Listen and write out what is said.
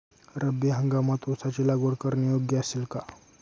रब्बी हंगामात ऊसाची लागवड करणे योग्य असेल का?